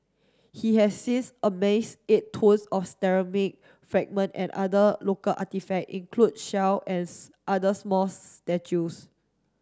he has since amassed eight tonnes of ceramic fragment and other local artefact include shell as other smalls statues